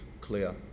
clear